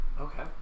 Okay